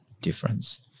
difference